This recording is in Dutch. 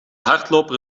hardloper